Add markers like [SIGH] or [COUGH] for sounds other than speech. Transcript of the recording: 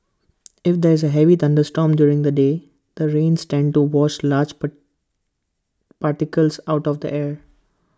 if there's A heavy thunderstorm during the day the rains tends to wash large [HESITATION] particles out of the air